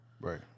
right